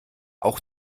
auch